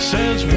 Says